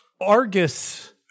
Argus